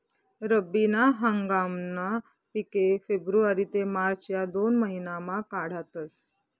रब्बी ना हंगामना पिके फेब्रुवारी ते मार्च या दोन महिनामा काढातस